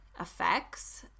effects